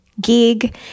gig